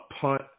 punt